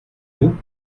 nous